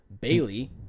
Bailey